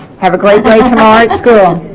have a great day tomorrow at school